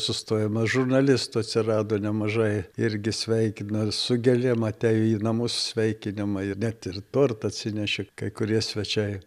sustojama žurnalistų atsirado nemažai irgi sveikino su gėlėm atėjo į namus sveikinimai ir net ir tortą atsinešė kai kurie svečiai